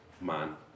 man